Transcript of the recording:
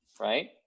right